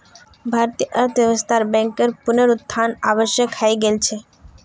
भारतीय अर्थव्यवस्थात बैंकेर पुनरुत्थान आवश्यक हइ गेल छ